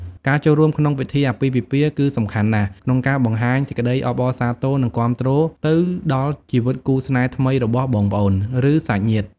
ការចូលរួមក្នុងពិធីអាពាហ៍ពិពាហ៍ គឺសំខាន់ណាស់ក្នុងការបង្ហាញសេចក្ដីអបអរសាទរ និងគាំទ្រទៅដល់ជីវិតគូស្នេហ៍ថ្មីរបស់បងប្អូន ឬសាច់ញាតិ។